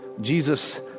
Jesus